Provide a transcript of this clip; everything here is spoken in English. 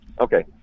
Okay